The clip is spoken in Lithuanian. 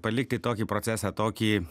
palikti tokį procesą tokį